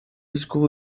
school